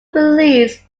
released